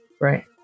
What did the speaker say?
right